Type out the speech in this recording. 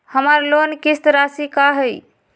हमर लोन किस्त राशि का हई?